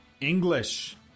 english